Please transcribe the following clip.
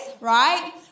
Right